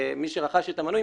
מי שרכש את המנוי,